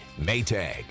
Maytag